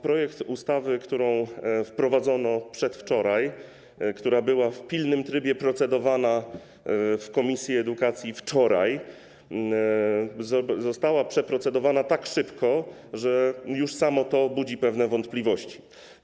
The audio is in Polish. Projekt ustawy, który wprowadzono przedwczoraj, który był w pilnym trybie procedowany w komisji edukacji wczoraj, został przeprocedowany tak szybko, że już samo to budzi pewne wątpliwości.